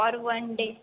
for one day